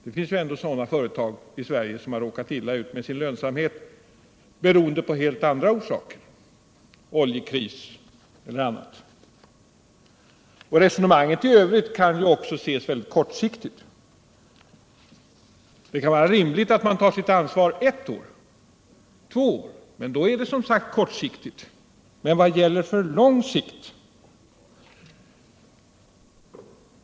Det finns företag i Sverige som råkat illa ut med sin lönsamhet av helt andra orsaker, t.ex. oljekrisen. Resonemanget kan också ses kortsiktigt. Det kan vara rimligt att man tar sitt ansvar ett eller två år, men då är det som sagt kortsiktigt. Vad gäller för lång sikt?